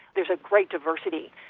there's a great diversity.